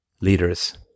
leaders